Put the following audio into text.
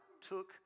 took